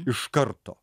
iš karto